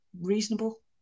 reasonable